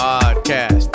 Podcast